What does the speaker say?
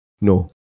no